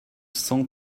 cent